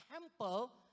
temple